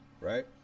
right